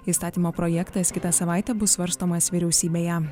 įstatymo projektas kitą savaitę bus svarstomas vyriausybėje